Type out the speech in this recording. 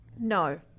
no